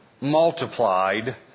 multiplied